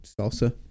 salsa